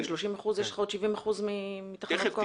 ב-30 אחוזים יש לך עוד 70 אחוזים מתחנות כוח.